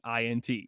INT